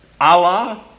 Allah